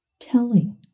telling